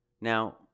Now